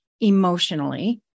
emotionally